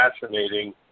fascinating